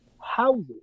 houses